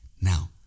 now